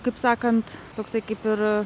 kaip sakant toksai kaip ir